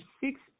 six